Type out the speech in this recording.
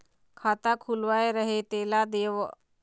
खाता खुलवाय रहे तेला देव?